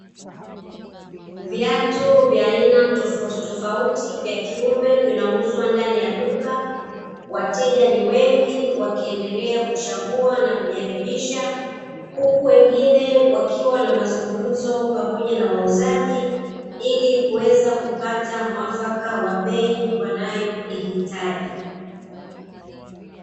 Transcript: Viatu vya aina tofautitofauti vya kiume vinauzwa ndani ya duka, wateja ni wengi wakiendelea kuchagua na kujaribisha huku wengine wakiwa na mazungumzo pamoja na wauzaji ili kuweza kupata muafaka wa bei wanayoihitaji.